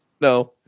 No